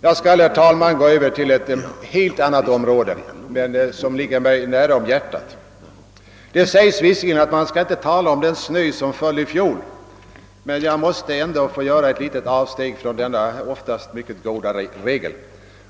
Jag skall, herr talman, gå över till ett helt annat område, som ligger mig varmt om hjärtat. Det sägs visserligen att man inte skall tala om den snö som föll i fjol. Men jag måste ändå göra ett litet avsteg från denna oftast mycket goda regel.